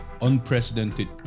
unprecedented